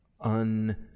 un